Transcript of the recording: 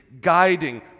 guiding